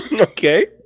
Okay